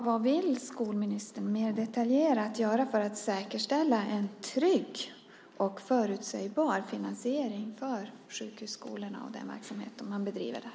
Vad vill skolministern mer detaljerat göra för att säkerställa en trygg och förutsägbar finansiering för sjukhusskolorna och den verksamhet man bedriver där?